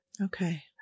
Okay